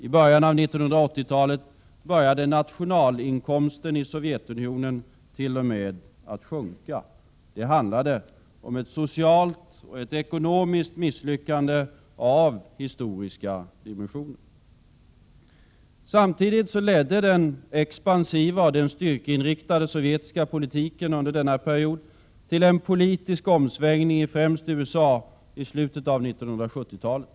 I början av 1980-talet började nationalinkomsten i Sovjetunionen t.o.m. att sjunka. Det handlade om ett socialt och ekonomiskt misslyckande av historiska dimensioner. Samtidigt ledde den expansiva och styrkeinriktade sovjetiska politiken under denna period till en politisk omsvängning i främst USA i slutet av 1970-talet.